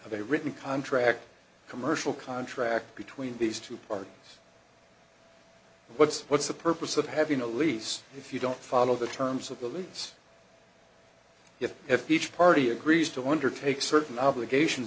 a written contract commercial contract between these two parties what's what's the purpose of having a lease if you don't follow the terms of billie's yet if each party agrees to undertake certain obligations